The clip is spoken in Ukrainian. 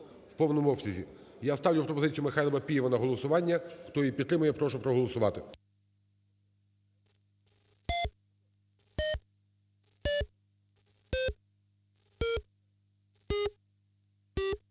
Я ставлю пропозицію Михайла Папієва на голосування. Хто її підтримує, прошу проголосувати.